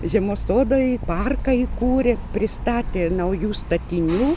žiemos sodą parką įkūrė pristatė naujų statinių